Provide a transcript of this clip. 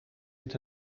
met